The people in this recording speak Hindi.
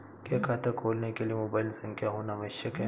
क्या खाता खोलने के लिए मोबाइल संख्या होना आवश्यक है?